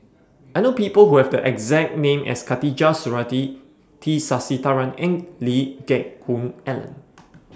I know People Who Have The exact name as Khatijah Surattee T Sasitharan and Lee Geck Hoon Ellen